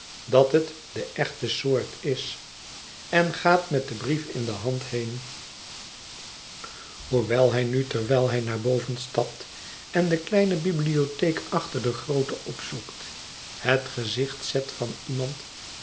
dat het de echte soort is en gaat met den brief in de hand heen hoewel hij nu terwijl hij naar boven stapt en de kleine bibliotheek achter de groote opzoekt het gezicht zet van iemand